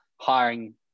hiring